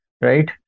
right